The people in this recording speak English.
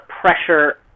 pressure